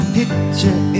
picture